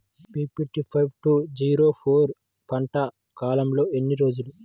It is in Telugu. BPT five two zero four పంట కాలంలో ఎన్ని రోజులు?